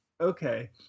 okay